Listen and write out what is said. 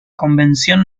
convención